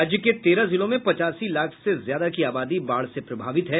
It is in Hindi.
राज्य के तेरह जिलों में पचासी लाख से ज्यादा की आबादी बाढ़ से प्रभावित है